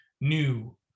new